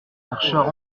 marcha